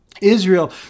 Israel